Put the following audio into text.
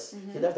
mmhmm